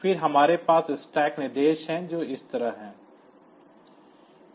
फिर हमारे पास स्टैक निर्देश हैं जो इस तरह हैं